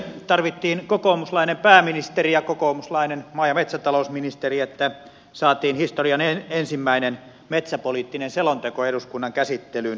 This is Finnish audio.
tarvittiin kokoomuslainen pääministeri ja kokoomuslainen maa ja metsätalousministeri että saatiin historian ensimmäinen metsäpoliittinen selonteko eduskunnan käsittelyyn kiitos siitä